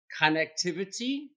connectivity